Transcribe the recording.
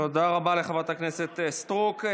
תודה רבה לחברת הכנסת סטרוק.